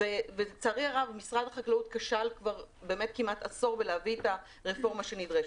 ולצערי הרב משרד החקלאות כשל כמעט עשור בהבאת הרפורמה הנדרשת.